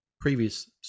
previous